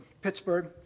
Pittsburgh